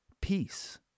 peace